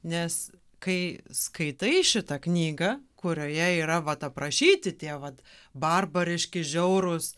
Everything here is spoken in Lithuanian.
nes kai skaitai šitą knygą kurioje yra vat aprašyti tie vat barbariški žiaurūs